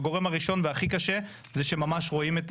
הגורם הראשון והכי קשה זה כשממש רואים את